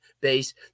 base